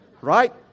Right